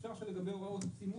אפשר שנדבר על עוד סימון,